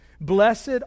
Blessed